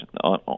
on